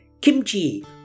kimchi